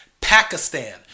Pakistan